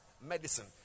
medicine